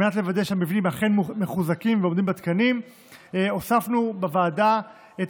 על מנת לוודא שהמבנים אכן מחוזקים ועומדים בתקנים הוספנו בוועדה את